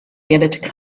get